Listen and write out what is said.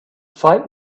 fight